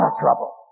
trouble